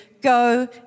Go